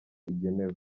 igenewe